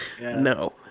no